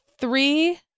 three